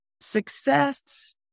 Success